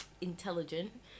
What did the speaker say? intelligent